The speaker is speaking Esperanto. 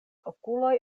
okuloj